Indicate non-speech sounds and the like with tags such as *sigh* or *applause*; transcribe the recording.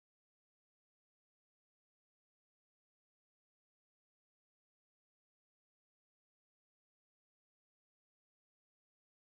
*unintelligible*